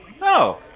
No